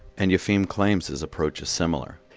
and yefim claims his approach is similar.